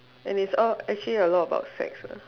and it's all actually a lot about sex lah